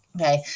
Okay